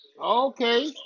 Okay